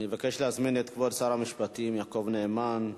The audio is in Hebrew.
אני מבקש להזמין את כבוד שר המשפטים יעקב נאמן.